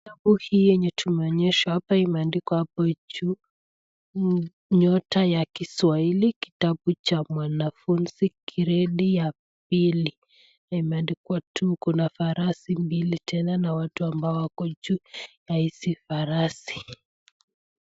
Kitabu hii tumeonyeshwa hapo imeandikwa hapo juu juu Nyota ya Kiswahili kitabu cha mwanafuzi gredi ya pili na imeandikwa 2. Kuna farasi mbili tena na watu ambao wako juu ya hizi farasi.